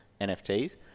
NFTs